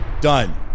done